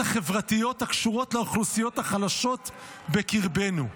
החברתיות הקשורות לאוכלוסיות החלשות בקרבנו.